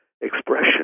expression